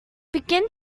began